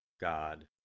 God